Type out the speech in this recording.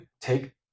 take